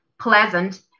pleasant